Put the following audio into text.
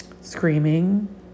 screaming